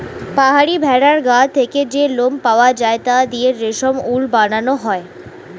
পাহাড়ি ভেড়ার গা থেকে যে লোম পাওয়া যায় তা দিয়ে রেশমি উল বানানো হয়